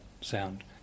sound